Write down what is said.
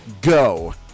Go